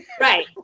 right